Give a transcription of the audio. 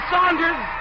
Saunders